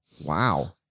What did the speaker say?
Wow